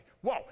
Whoa